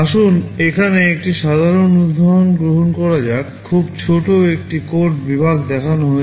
আসুন এখানে একটি সাধারণ উদাহরণ গ্রহণ করা যাক খুব ছোট একটি কোড বিভাগ দেখানো হয়েছে